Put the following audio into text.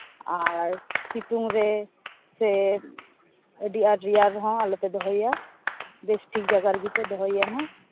ᱟᱨ ᱥᱤᱛᱩᱝ ᱨᱮ ᱥᱮ ᱟᱹᱰᱤ ᱟᱸᱴ ᱨᱮᱭᱟᱲ ᱨᱮᱦᱚᱸ ᱟᱞᱚᱯᱮ ᱫᱚᱦᱚᱭᱮᱭᱟ ᱵᱮᱥᱴᱷᱤᱠ ᱡᱟᱭᱜᱟ ᱨᱮᱜᱮᱯᱮ ᱫᱚᱦᱚᱭᱮᱭᱟ ᱦᱟᱸᱜ